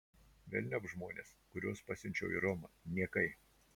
velniop žmones kuriuos pasiunčiau į romą niekai